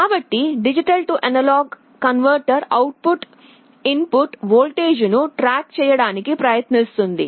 కాబట్టి D A converter output input వోల్టేజ్ను track చేయడానికి ప్రయత్నిస్తుంది